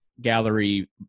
gallery